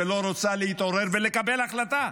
שלא רוצה להתעורר ולקבל החלטה.